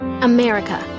america